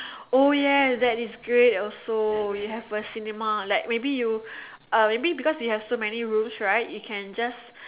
oh yes that is great also you have a cinema like maybe you uh maybe you got so many rooms right you can just